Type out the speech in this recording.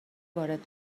وارد